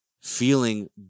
feeling